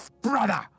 brother